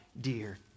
dear